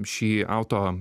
šį auto